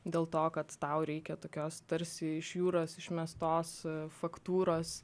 dėl to kad tau reikia tokios tarsi iš jūros išmestos faktūros